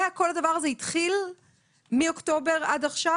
הכול התחיל מאוקטובר עד עכשיו?